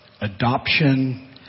adoption